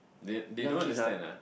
they they don't understand ah